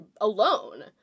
alone